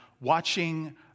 watching